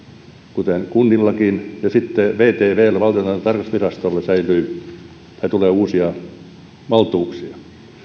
kuten kunnillakin ja vtvlle valtiontalouden tarkastusvirastolle tulee uusia valtuuksia